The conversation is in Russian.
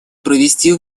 провести